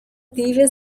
دیو